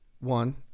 One